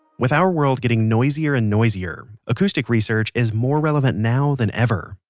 with our world getting noisier and noisier, acoustic research is more relevant now than ever.